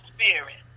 Spirit